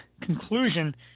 conclusion